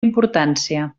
importància